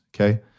okay